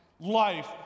life